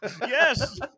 yes